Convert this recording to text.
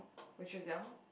when she was young